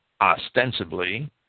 ostensibly